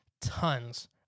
tons